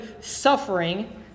suffering